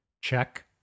check